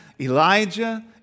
Elijah